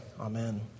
Amen